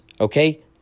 Okay